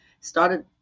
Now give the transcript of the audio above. started